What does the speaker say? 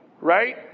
right